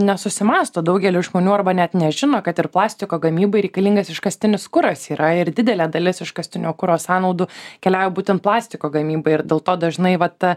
nesusimąsto daugelis žmonių arba net nežino kad ir plastiko gamybai reikalingas iškastinis kuras yra ir didelė dalis iškastinio kuro sąnaudų keliauja būtent plastiko gamybai ir dėl to dažnai vat ta